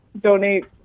donate